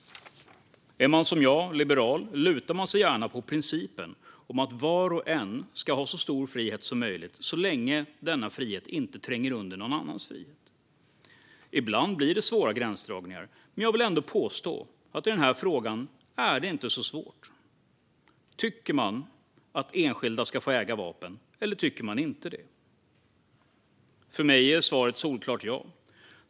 Är man som jag liberal lutar man sig gärna mot principen om att var och en ska ha så stor frihet som möjligt, så länge denna frihet inte tränger undan någon annans frihet. Ibland blir det svåra gränsdragningar, men jag vill ändå påstå att det i denna fråga inte är så svårt. Tycker man att enskilda ska få äga vapen, eller tycker man inte det? För mig är svaret solklart ja.